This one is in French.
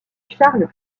charles